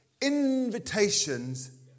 invitations